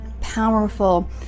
powerful